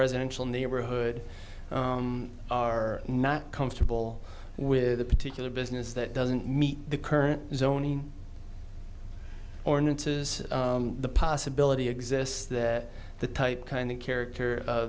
residential neighborhood are not comfortable with a particular business that doesn't meet the current zoning ordinances the possibility exists that the type kind the character